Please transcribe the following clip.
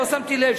לא שמתי לב,